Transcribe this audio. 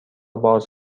باز